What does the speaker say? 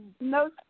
No